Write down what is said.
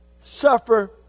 suffer